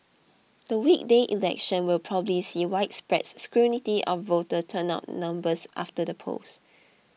the weekday election will probably see widespread scrutiny of voter turnout numbers after the polls